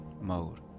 mode